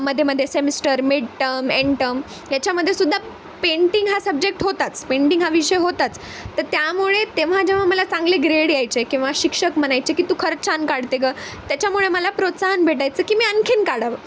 मध्ये मध्ये semester mid term end term ह्याच्यामध्ये सुद्धा पेंटिंग हा सब्जेक्ट होताच पेंटिंग हा विषय होताच तर त्यामुळे तेव्हा जेव्हा मला चांगले ग्रेड यायचे किंवा शिक्षक म्हणायचे की तू खरं छान काढते गं त्याच्यामुळे मला प्रोत्साहन भेटायचं की मी आणखीन काढावं